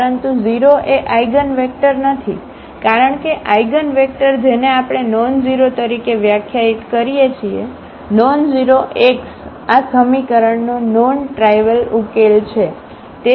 પરંતુ 0 એ આઇગનવેક્ટર નથી કારણ કે આઇગનવેક્ટર જેને આપણે નોનઝેરો તરીકે વ્યાખ્યાયિત કરીએ છીએ નોનઝેરો x આ સમીકરણનો નોન ટ્રાઇવલ ઉકેલો છે